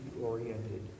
oriented